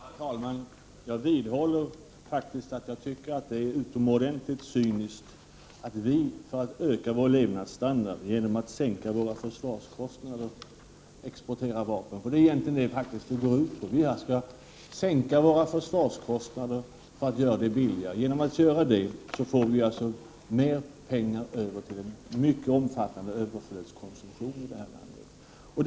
Herr talman! Jag vidhåller faktiskt att jag tycker att det är utomordentligt cyniskt att vi, för att öka vår levnadsstandard genom att sänka försvarskostnader, exporterar vapen, för det går egentligen ut på det. Vi skall sänka våra försvarskostnader för att göra det billigare för oss. Genom att göra detta får vi alltså mera pengar över till en mycket omfattande överflödskonsumtion i det här landet.